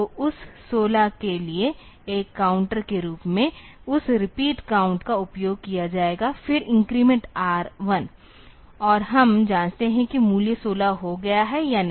तो उस 16 के लिए एक काउंटर के रूप में उस रिपीट काउंट का उपयोग किया जाएगा फिर इन्क्रीमेंट R1 और हम जांचते हैं कि मूल्य 16 हो गया है या नहीं